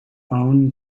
own